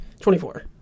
24